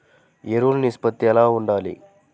ఎరువులు నిష్పత్తి ఎలా ఉండాలి?